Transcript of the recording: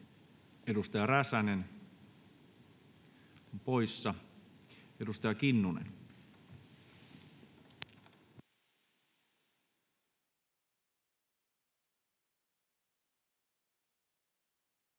Edustaja Räsänen poissa. Edustaja Kinnunen.